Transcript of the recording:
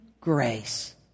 grace